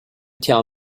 tell